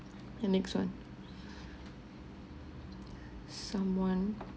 the next one someone